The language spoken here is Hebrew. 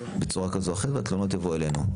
בצורה כזו או אחרת, התלונות יבואו אלינו.